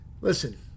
listen